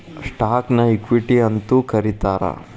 ಸ್ಟಾಕ್ನ ಇಕ್ವಿಟಿ ಅಂತೂ ಕರೇತಾರ